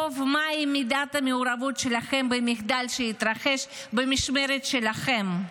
מהי מידת המעורבות שלכם במחדל שהתרחש במשמרת שלכם.